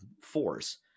force